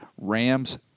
Rams